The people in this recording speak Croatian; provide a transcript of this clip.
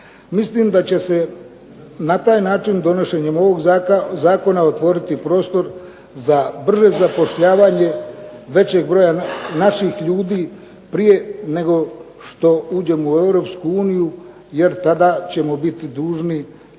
Mislim da će se na taj način, donošenjem ovog zakona, otvoriti prostor za brže zapošljavanje većeg broja naših ljudi prije nego što uđemo u Europsku uniju jer tada ćemo biti dužni